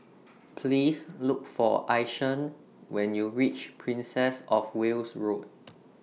Please Look For Ishaan when YOU REACH Princess of Wales Road